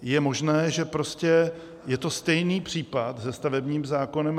Je možné, že je to stejný případ se stavebním zákonem.